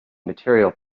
material